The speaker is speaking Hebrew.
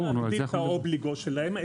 לא להגדיל את האובליגו שלהם,